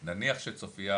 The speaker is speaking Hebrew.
נניח שצופיה